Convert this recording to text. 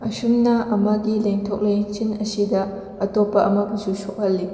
ꯑꯁꯨꯝꯅ ꯑꯃꯒꯤ ꯂꯦꯡꯊꯣꯛ ꯂꯦꯡꯁꯤꯟ ꯑꯁꯤꯗ ꯑꯇꯣꯞꯄ ꯑꯃꯕꯨꯁꯨ ꯁꯣꯛꯍꯜꯂꯤ